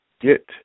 get